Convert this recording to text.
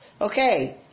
Okay